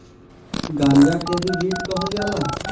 गांजा के भी वीड कहल जाला